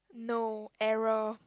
no error